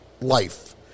life